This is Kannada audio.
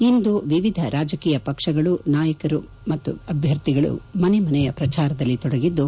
ಇಂದು ವಿವಿಧ ರಾಜಕೀಯ ಪಕ್ಷಗಳ ನಾಯಕರು ಮತ್ತು ಅಭ್ಯರ್ಥಿಗಳು ಮನೆ ಮನೆಯ ಪ್ರಚಾರದಲ್ಲಿ ತೊಡಗಿದ್ದು